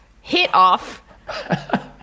hit-off